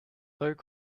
though